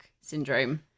syndrome